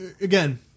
again